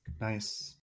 Nice